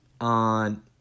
On